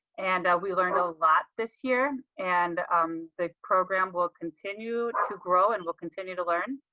and we learned a lot this year, and um the program will continue to grow and we'll continue to learn.